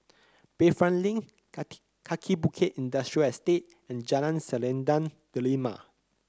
Bayfront Link Kaki Bukit Industrial Estate and Jalan Selendang Delima